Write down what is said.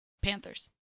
Panthers